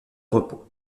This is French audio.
repos